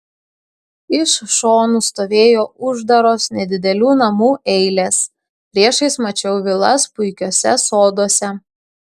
iš šonų stovėjo uždaros nedidelių namų eilės priešais mačiau vilas puikiuose soduose